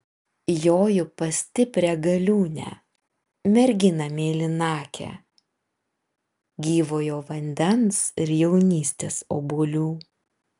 joju pas stiprią galiūnę merginą mėlynakę gyvojo vandens ir jaunystės obuolių